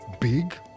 big